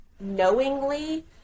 knowingly